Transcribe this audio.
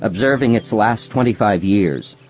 observing its last twenty-five years,